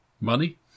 money